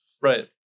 Right